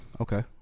Okay